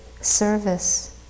service